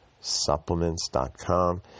Supplements.com